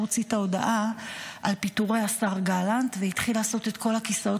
הוציא את ההודעה על פיטורי השר גלנט והתחיל לעשות את כל הכיסאות